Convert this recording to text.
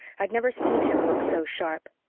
i'd never seen him look so sharp.